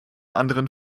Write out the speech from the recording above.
anderen